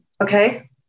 Okay